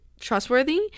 trustworthy